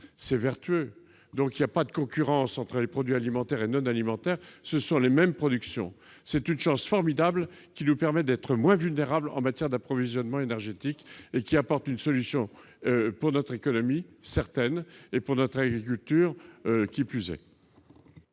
c'est vertueux ! Il n'y a pas de concurrence entre les produits alimentaires et non alimentaires : ce sont les mêmes productions. C'est une chance formidable, qui nous permet d'être moins vulnérables en matière d'approvisionnement énergétique et qui fournit une solution réelle pour notre économie et, qui plus est, pour notre agriculture. Nous